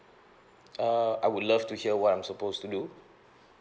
err I would love to hear what I'm supposed to do